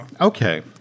Okay